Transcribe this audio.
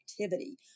activity